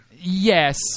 Yes